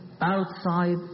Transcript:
outside